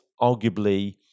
arguably